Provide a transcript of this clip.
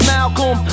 Malcolm